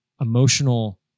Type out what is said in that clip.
emotional